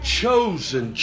chosen